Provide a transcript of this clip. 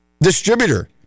distributor